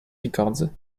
records